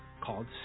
called